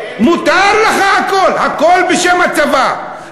הכול בשם הצבא.